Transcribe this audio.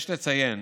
יש לציין